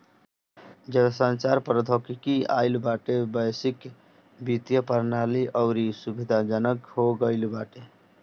जबसे संचार प्रौद्योगिकी आईल बाटे वैश्विक वित्तीय प्रणाली अउरी सुविधाजनक हो गईल बाटे